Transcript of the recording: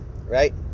Right